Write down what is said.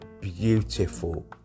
beautiful